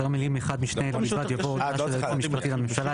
אחרי המילים 'אחד משני אלה בלבד' יבוא 'הודעה של היועץ המשפטי לממשלה